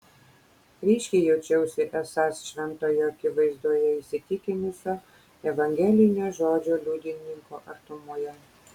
ryškiai jaučiausi esąs šventojo akivaizdoje įsitikinusio evangelinio žodžio liudininko artumoje